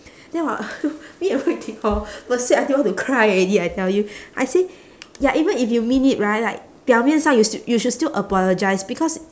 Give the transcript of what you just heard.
then hor me and hui ting hor will sad until want to cry already I tell you I say ya even if you mean it right like 表面上 you st~ you should still apologise because